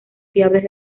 fiables